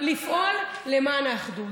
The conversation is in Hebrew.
לפעול למען האחדות.